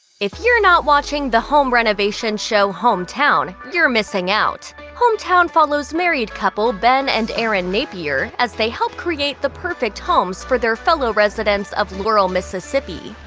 if you're not watching the home renovation show home town, you're missing out. home town follows married couple ben and erin napier as they help create the perfect homes for their fellow residents of laurel, mississippi.